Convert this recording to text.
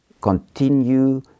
continue